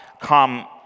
come